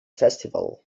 festival